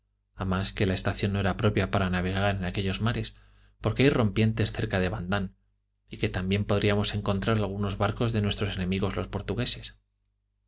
a más que la estación no era propia para navegar en aquellos mares porque hay rompientes cerca de bandán y que también podríamos encontrar algunos barcos de nuestros enemigos los portugueses